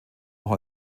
auch